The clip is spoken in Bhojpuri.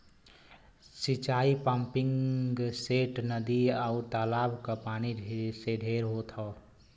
सिंचाई पम्पिंगसेट, नदी, आउर तालाब क पानी से ढेर होत हौ